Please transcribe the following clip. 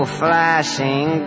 flashing